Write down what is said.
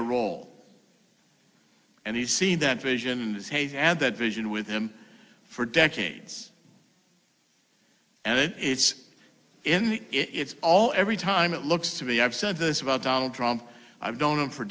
a role and he's seen that vision and that vision with him for decades and it is in it's all every time it looks to be i've said this about donald trump i don't know him for